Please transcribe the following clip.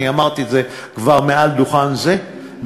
אני אמרתי את זה כבר מעל דוכן זה,